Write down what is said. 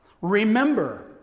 Remember